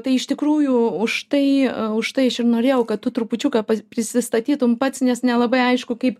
tai iš tikrųjų už tai užtai aš ir norėjau kad tu trupučiuką prisistatytum pats nes nelabai aišku kaip